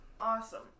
Awesome